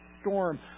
storm